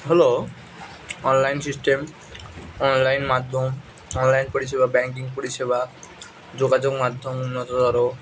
হলো online system online মাধ্যম online পরিষেবা ব্যাঙ্কিং পরিষেবা যোগাযোগ মাধ্যম উন্নততর